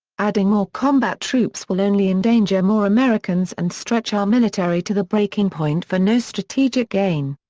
adding more combat troops will only endanger more americans and stretch our military to the breaking point for no strategic gain.